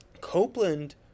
Copeland